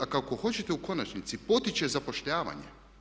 A ako hoćete u konačnici potiče zapošljavanje.